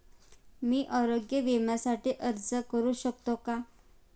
मी आरोग्य विम्यासाठी अर्ज करू शकतो का?